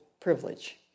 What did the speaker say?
privilege